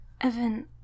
Evan